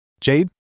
Jade